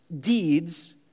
deeds